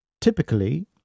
typically